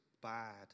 bad